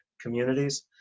communities